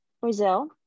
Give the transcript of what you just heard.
Brazil